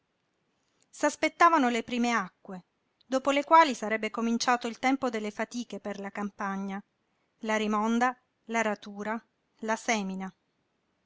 giojoso s'aspettavano le prime acque dopo le quali sarebbe cominciato il tempo delle fatiche per la campagna la rimonda l'aratura la semina